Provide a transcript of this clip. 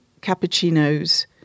cappuccinos